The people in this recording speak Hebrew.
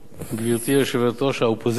גברתי יושבת-ראש האופוזיציה,